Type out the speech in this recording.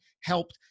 helped